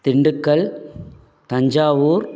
Dindigul Thanjavur